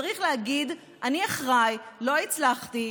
צריך להגיד: אני אחראי, לא הצלחתי.